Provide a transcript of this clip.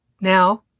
Now